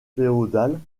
féodales